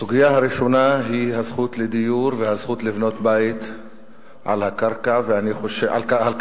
הסוגיה הראשונה היא הזכות לדיור והזכות לבנות בית על קרקע פרטית,